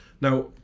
now